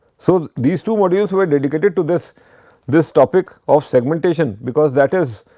so, these two modules were dedicated to this this topic of segmentation because that is